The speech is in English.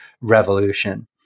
revolution